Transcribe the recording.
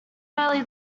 early